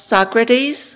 Socrates